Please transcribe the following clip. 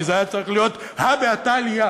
כי זה היה צריך להיות הא בהא תליא.